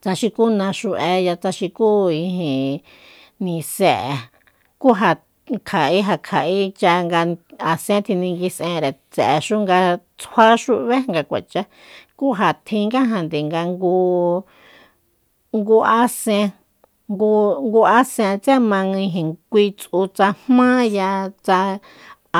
Tsa xuku naxú'e ijin tsa xulú nisé'e kú ja kja'e ja kja'echa asen tjininguis'enre tse'e nga tsjuaxú b'é nga kuachá kú ja tjinga nga ngu ngu asen ngu- ngu asen tse ma ijin kui tsu tsa jmá ya